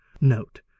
Note